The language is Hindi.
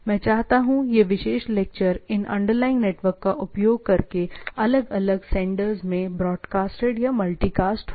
मैं चाहता हूं यह विशेष लेक्चर इन अंडरलाइनग नेटवर्क का उपयोग करके अलग अलग सेंडरस में ब्रॉड कास्टेड या मल्टी कास्ट हो